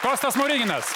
kostas smoriginas